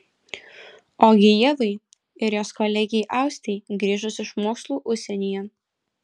ogi ievai ir jos kolegei austei grįžus iš mokslų užsienyje